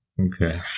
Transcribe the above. Okay